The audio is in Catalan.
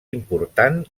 important